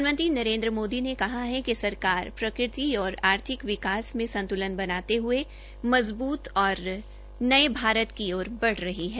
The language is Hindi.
प्रधानमंत्री नरेन्द्र मोदी ने कहा है कि सरकार प्रकृति और आर्थिक विकास में संतुलन बनाते हये मजबूत और नये भारत की ओर बढ़ रही है